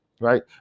right